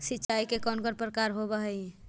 सिंचाई के कौन कौन प्रकार होव हइ?